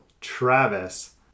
Travis